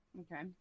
okay